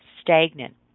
stagnant